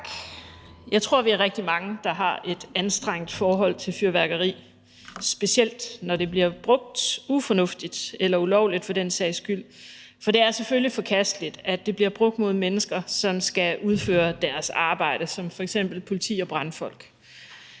Jeg tror, at vi er rigtig mange, der har et anstrengt forhold til fyrværkeri, specielt når det bliver brugt ufornuftigt eller ulovligt for den sags skyld. For det er selvfølgelig forkasteligt, at det bliver brugt mod mennesker, som skal udføre deres arbejde, som f.eks. politi og brandfolk,